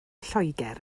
lloegr